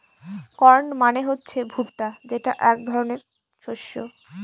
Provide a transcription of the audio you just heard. corn মানে হচ্ছে ভুট্টা যেটা এক ধরনের শস্য